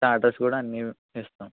starters కూడా అన్నీ ఇస్తాం